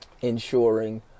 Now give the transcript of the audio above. ensuring